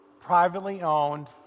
privately-owned